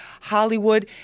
Hollywood